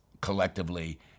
collectively